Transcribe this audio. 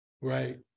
right